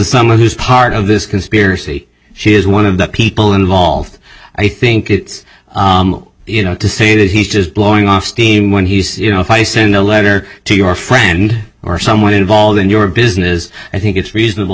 someone who's part of this conspiracy she is one of the people involved i think it's you know to say that he's just blowing off steam when he says you know if i send a letter to your friend or someone involved in your business i think it's reasonable